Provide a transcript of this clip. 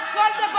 לא ידעתי.